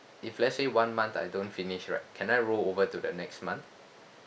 if let's say one month I don't finish right can I roll over to the next month